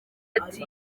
ati